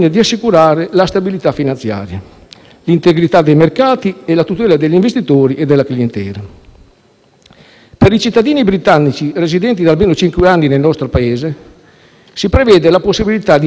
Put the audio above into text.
l'integrità dei mercati e la tutela degli investitori e della clientela. Per i cittadini britannici residenti da almeno cinque anni nel nostro Paese si prevede la possibilità di richiedere uno speciale permesso di soggiorno,